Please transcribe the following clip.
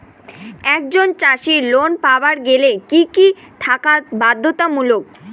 একজন চাষীর লোন পাবার গেলে কি কি থাকা বাধ্যতামূলক?